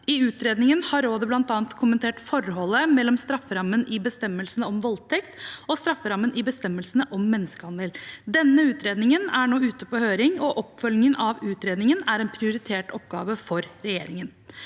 I utredningen har rådet bl.a. kommentert forholdet mellom strafferammen i bestemmelsene om voldtekt og strafferammen i bestemmelsene om menneskehandel. Denne utredningen er nå ute på høring, og oppfølgingen av utredningen er en prioritert oppgave for regjeringen.